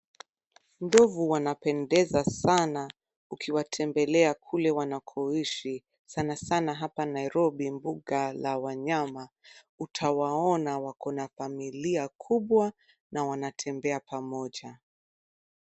Ndovu wanapendeza sana ukiwatembelea kule wanakoishi sana sana hapa Nairobi mbuga la wanyama. Utawaona wako na familia kubwa na wanatembea pamoja.